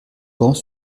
grands